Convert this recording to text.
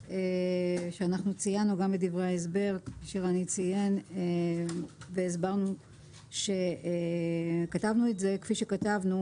ציינו גם בדברי ההסבר שכתבנו את זה כפי שכתבנו